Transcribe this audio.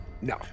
No